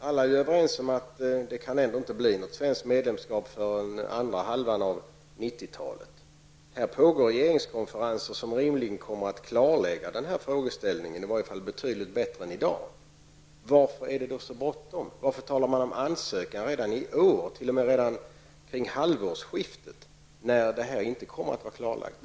Alla är överens om att det ändå inte kan bli något svenskt medlemskap förrän under andra halvan av 90-talet. Nu pågår regeringskonferenser som rimligen kommer att klarlägga denna fråga i varje fall betydligt bättre än i dag. Varför är det så bråttom? Varför talar man om EG-ansökan redan i år, t.o.m. kring halvårsskiftet, när frågan ännu inte är klarlagd?